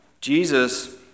Jesus